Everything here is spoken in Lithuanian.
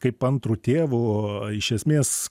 kaip antru tėvu iš esmės